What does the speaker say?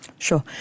Sure